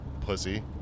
Pussy